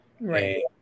Right